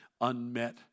unmet